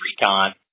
recon